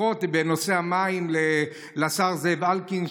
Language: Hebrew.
לפחות בנושא המים לשר זאב אלקין,